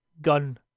Gun